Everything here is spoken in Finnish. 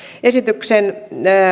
esityksen